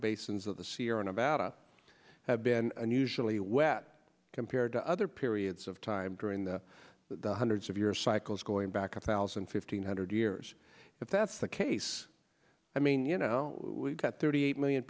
basins of the sierra nevada have been unusually wet compared to other periods of time during the hundreds of years cycles going back a thousand fifteen hundred years if that's the case i mean you know we've got thirty eight million